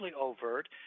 overt